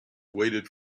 waited